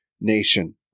nation